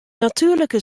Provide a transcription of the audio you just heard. natuerlike